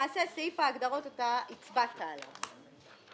שזה נמצא בהגדרת מסגרת אשראי.